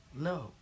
No